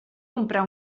comprar